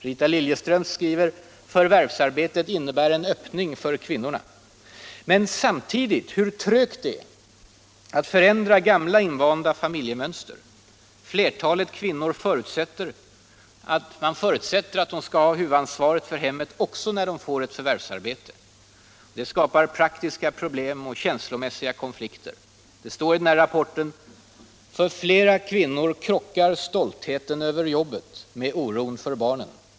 Rita Liljeström skriver: ”Förvärvsarbetet innebär en öppning för kvinnorna.” Men rapporten visar samtidigt hur trögt det är att förändra gamla invanda familjemönster. Flertalet kvinnor fortsätter att ha huvudansvaret för hemmet också när de får ett förvärvsarbete. Det skapar praktiska problem och känslomässiga konflikter. Det står i rapporten: ”För flera kvinnor krockar stoltheten över jobbet med oron för barnen.